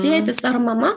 tėtis ar mama